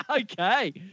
Okay